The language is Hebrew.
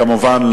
כמובן,